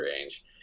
range